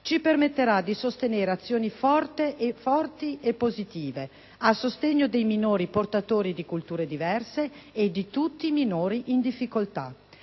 ci permetterà di sostenere azioni forti e positive a sostegno dei minori portatori di culture diverse e di tutti i minori in difficoltà.